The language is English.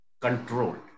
controlled